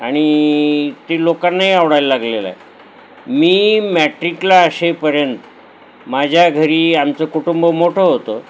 आणि ते लोकांना आवडायला लागलेल आहे मी मॅट्रिकला असेपर्यंत माझ्या घरी आमचं कुटुंब मोठं होतं